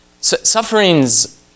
Sufferings